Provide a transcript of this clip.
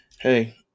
hey